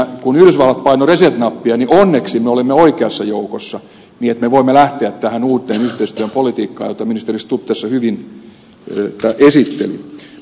kun yhdysvallat painoi reset nappia niin onneksi me olimme oikeassa joukossa niin että me voimme lähteä tähän uuteen yhteistyön politiikkaan jota ministeri stubb tässä hyvin esitteli